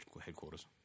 headquarters